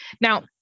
Now